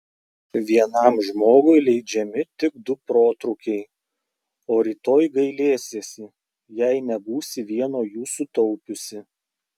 vienam žmogui leidžiami tik du protrūkiai o rytoj gailėsiesi jei nebūsi vieno jų sutaupiusi